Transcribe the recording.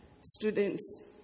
students